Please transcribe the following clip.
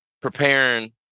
preparing